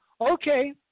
okay